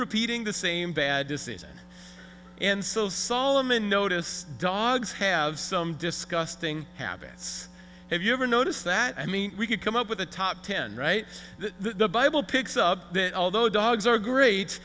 repeating the same bad decision and so solomon noticed dogs have some disgusting habits have you ever noticed that i mean we could come up with a top ten right that the bible picks up that although dogs are great